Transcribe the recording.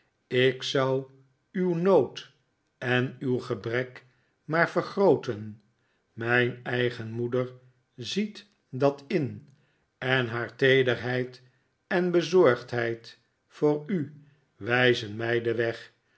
ik zou uw nood en uw gebrek maar vergrooten mijn eigen moeder ziet dat in en haar teederheid en bezorgdheid voor u wijzen mij den weg